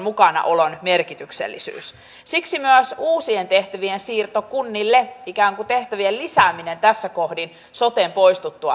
sen tähden kyllä yhdyn tähän edustaja mikkosen huoleen ja toiveeseen siitä että vielä tämä peruttaisiin